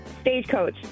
Stagecoach